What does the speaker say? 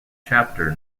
chapter